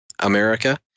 America